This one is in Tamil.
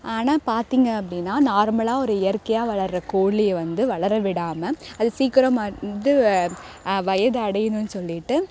ஆனால் பார்த்திங்க அப்படின்னா நார்மலாக ஒரு இயற்கையாக வளர்ற கோழிய வந்து வளரவிடாமல் அது சீக்கிரம் மந்து வயது அடையணும் சொல்லிவிட்டு